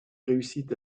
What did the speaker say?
réussit